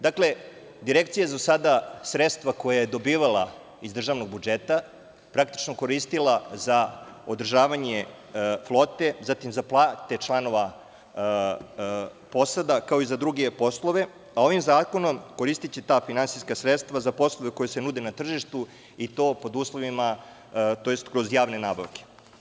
Dakle, direkcije su sada sredstva koje je dobijala iz državnog budžeta, praktično koristila za održavanje flore, zatim za plate članova posada, kao i za druge poslove, a ovim zakonom koristiće ta finansijska sredstva za poslove koja se nude na tržištu i to pod uslovima, tj kroz javne nabavke.